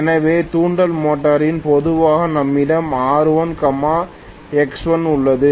எனவே தூண்டல் மோட்டரில் பொதுவாக நம்மிடம் R1 X1 உள்ளது